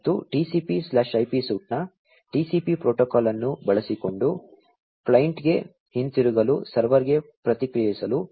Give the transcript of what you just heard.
ಮತ್ತು TCPIP ಸೂಟ್ನ TCP protocol ಅನ್ನು ಬಳಸಿಕೊಂಡು ಕ್ಲೈಂಟ್ಗೆ ಹಿಂತಿರುಗಲು ಸರ್ವರ್ಗೆ ಪ್ರತಿಕ್ರಿಯಿಸಲು